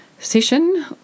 session